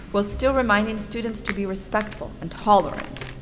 while still reminding students to be respectful and tolerant.